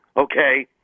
Okay